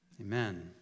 Amen